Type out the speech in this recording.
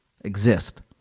exist